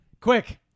Quick